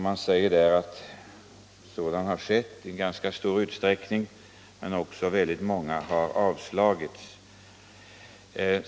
Det sägs där att sådana inköp har skett i ganska stor utsträckning men också att många har förhindrats med stöd av jordförvärvslagen.